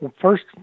first